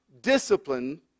discipline